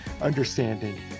understanding